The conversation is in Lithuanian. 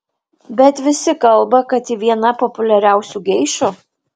bet visi kalba kad ji viena populiariausių geišų